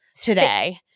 today